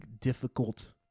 difficult